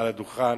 מעל הדוכן,